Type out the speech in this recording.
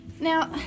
now